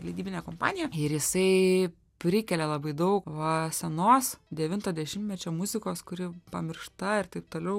leidybinė kompanija ir jisai prikelia labai daug va senos devinto dešimtmečio muzikos kuri pamiršta ir taip toliau